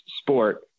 sport